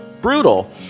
brutal